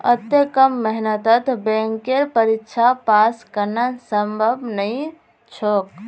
अत्ते कम मेहनतत बैंकेर परीक्षा पास करना संभव नई छोक